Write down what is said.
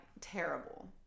terrible